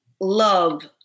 love